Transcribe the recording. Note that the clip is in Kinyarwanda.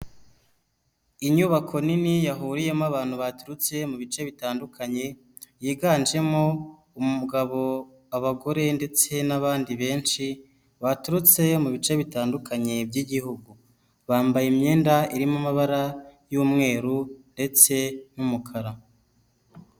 Inyubako nini yahuriyemo abantu baturutse mu bice bitandukanye, yiganjemo umugabo, abagore ndetse n'abandi benshi baturutse mu bice bitandukanye by'igihugu, bambaye imyenda irimo amabara y'umweru ndetse n'umukara.